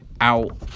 out